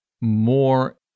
more